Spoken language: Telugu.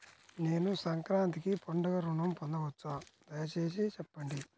నేను సంక్రాంతికి పండుగ ఋణం పొందవచ్చా? దయచేసి చెప్పండి?